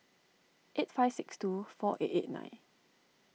eight five six two four eight eight nine